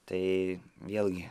tai vėlgi